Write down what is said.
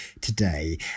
today